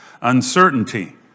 uncertainty